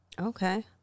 Okay